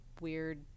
weird